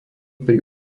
pri